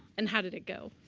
and how did it go?